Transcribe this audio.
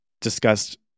discussed